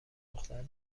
دختر